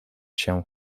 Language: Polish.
się